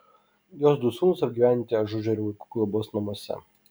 jos du sūnūs apgyvendinti ažuožerių vaikų globos namuose